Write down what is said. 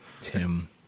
Tim